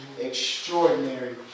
extraordinary